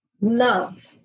love